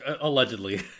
allegedly